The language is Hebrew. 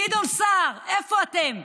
גדעון סער, איפה אתם?